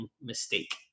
mistake